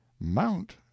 Mount